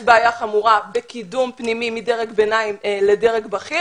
יש בעיה חמורה בקידום פנימי מדרג ביניים לדרג בכיר